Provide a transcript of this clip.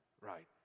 Right